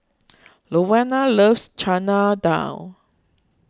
Rowena loves Chana Dal